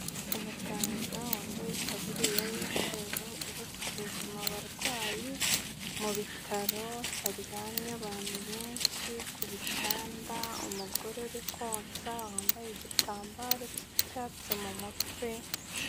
Umuganga wambaye itaburiya y'umweru uri gusuzuma abarwayi ,mu bitaro haryamye abantu benshi ku bitanda, umugore uri konsa wambaye igitambaro k'icyatsi mu mutwe.